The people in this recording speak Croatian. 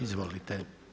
Izvolite.